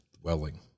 dwelling